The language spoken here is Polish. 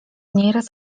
nieraz